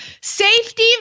Safety